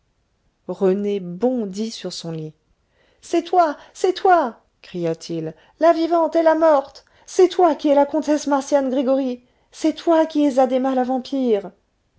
rené bondit sur son lit c'est toi c'est toi cria-t-il la vivante et la morte c'est toi qui es la comtesse marcian gregoryi c'est toi qui es addhéma la vampire